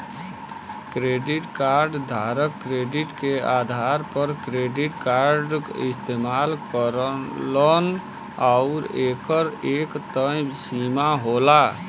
credit card धारक credit के आधार पर क्रेडिट कार्ड इस्तेमाल करलन आउर एकर एक तय सीमा होला